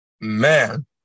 Man